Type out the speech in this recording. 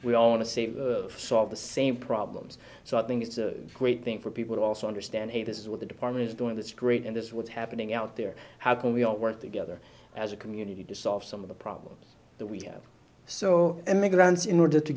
we all want to see solve the same problems so i think it's a great thing for people to also understand hey this is what the department is doing that's great and that's what's happening out there how can we all work together as a community to solve some of the problems that we have so immigrants in order to